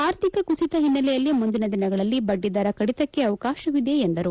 ಆರ್ಥಿಕ ಕುಸಿತ ಹಿನ್ನೆಲೆಯಲ್ಲಿ ಮುಂದಿನ ದಿನಗಳಲ್ಲಿ ಬಡ್ಡಿ ದರ ಕಡಿತಕ್ಕೆ ಅವಕಾಶವಿದೆ ಎಂದರು